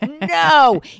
No